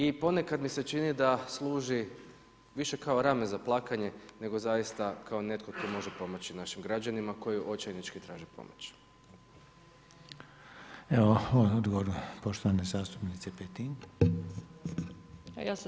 I ponekad mi se čini da služi više kao rame za plakanje nego zaista kao netko tko može pomoći našim građanima, koji očajnički traže pomoć.